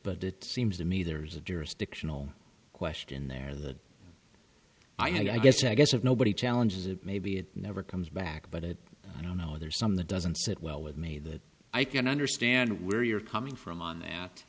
but it seems to me there's a jurisdictional question there that i guess i guess of nobody challenges it maybe it never comes back but it i don't know there's some the doesn't sit well with me that i can understand where you're coming from on that